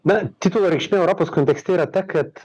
na titulo reikšmė europos kontekste yra ta kad